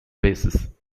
basis